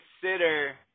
consider